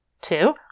Two